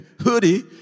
hoodie